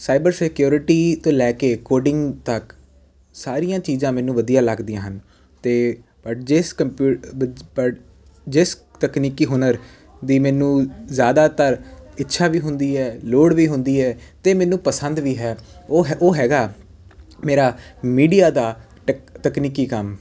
cyber security ਤੋਂ ਲੈ ਕੇ ਕੋਡਿੰਗ ਤੱਕ ਸਾਰੀਆਂ ਚੀਜ਼ਾਂ ਮੈਨੂੰ ਵਧੀਆ ਲੱਗਦੀਆਂ ਹਨ ਅਤੇ ਪਰ ਜਿਸ ਕੰਪਿ ਪ ਜਿਸ ਤਕਨੀਕੀ ਹੁਨਰ ਦੀ ਮੈਨੂੰ ਜ਼ਿਆਦਾਤਰ ਇੱਛਾ ਵੀ ਹੁੰਦੀ ਹੈ ਲੋੜ ਵੀ ਹੁੰਦੀ ਹੈ ਅਤੇ ਮੈਨੂੰ ਪਸੰਦ ਵੀ ਹੈ ਉਹ ਹ ਉਹ ਹੈਗਾ ਮੇਰਾ ਮੀਡੀਆ ਦਾ ਟ ਤਕਨੀਕੀ ਕੰਮ